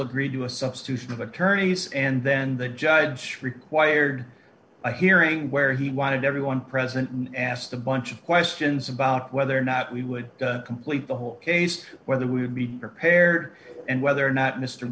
agreed to a substitution of attorneys and then the judge required a hearing where he wanted everyone present and asked a bunch of questions about whether or not we would complete the whole case whether we would be prepared and whether or not mr